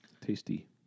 Tasty